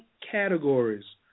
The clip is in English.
categories